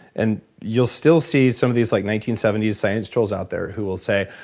and you'll still see some of these like nineteen seventy s science trolls out there who'll say,